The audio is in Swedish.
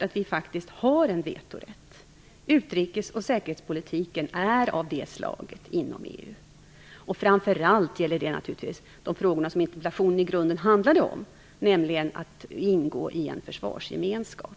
att vi faktiskt har en vetorätt. Utrikes och säkerhetspolitiken inom EU är av det slaget. Framför allt gäller det naturligtvis de frågor som interpellationen i grunden handlade om, nämligen att ingå i en försvarsgemenskap.